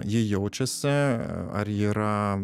ji jaučiasi ar ji yra